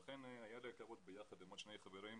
יחד עם עוד שני חברים,